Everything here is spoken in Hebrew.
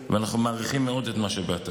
ואנחנו מעריכים מאוד שבאת.